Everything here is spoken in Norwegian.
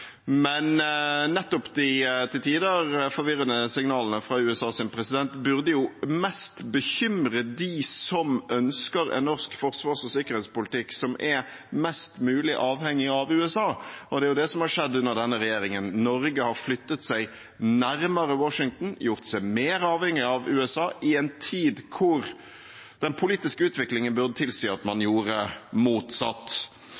Men nettopp de til tider forvirrende signalene fra USAs president burde jo bekymre dem mest som ønsker en norsk forsvars- og sikkerhetspolitikk som er mest mulig avhengig av USA, og det er jo det som har skjedd under denne regjeringen: Norge har flyttet seg nærmere Washington, gjort seg mer avhengig av USA, i en tid da den politiske utviklingen burde tilsi at man